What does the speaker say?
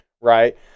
right